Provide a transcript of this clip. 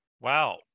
Wow